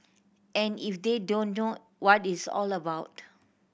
and if they don't know what it's all about